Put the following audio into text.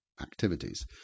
Activities